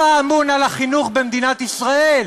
אתה אמון על החינוך במדינת ישראל.